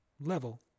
level